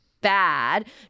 bad